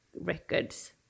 records